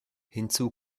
hinzu